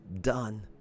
done